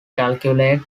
calculate